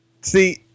See